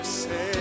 say